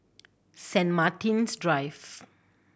Saint Martin's Drive